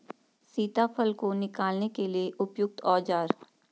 सीताफल को निकालने के लिए उपयुक्त औज़ार?